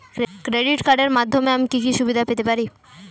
Credit কার্ডের মাধ্যমে আমি কি কি সুবিধা পেতে পারি?